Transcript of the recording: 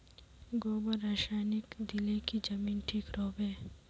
गोबर रासायनिक दिले की जमीन ठिक रोहबे?